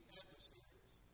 adversaries